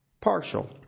partial